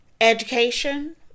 education